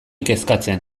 kezkatzen